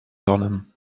tonem